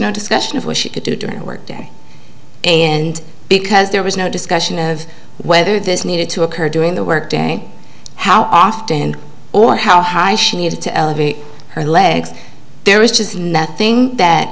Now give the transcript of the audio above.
no discussion of what she could do during a workday and because there was no discussion of whether this needed to occur during the work day how often or how high she needed to elevate her legs there is just nothing that